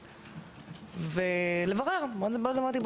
אמרתי,